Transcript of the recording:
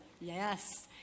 yes